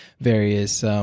various